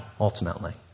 Ultimately